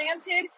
planted